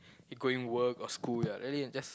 going work or school yeah then you just